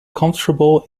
comfortable